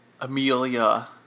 Amelia